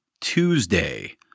Tuesday